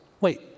wait